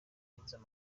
n’amavubi